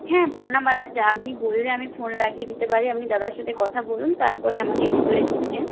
হ্যাঁ phone number আছে আপনি বললে আমি ফোন লাগিয়ে দিতে পারি আপনি দাদার সাথে কথা বলুন তারপরে আমাকে ভিতরে যেতে দিন